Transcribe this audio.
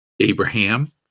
Abraham